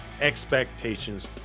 expectations